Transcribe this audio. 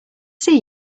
see